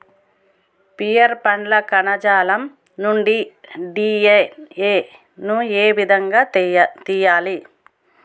Pear పండ్ల కణజాలం నుండి డి.ఎన్.ఎ ను ఏ విధంగా తియ్యాలి?